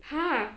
!huh!